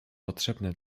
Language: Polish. potrzebne